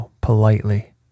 politely